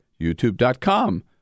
youtube.com